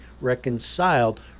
reconciled